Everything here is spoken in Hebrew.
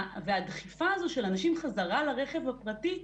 והדחיפה של האנשים חזרה לרכב הפרטי,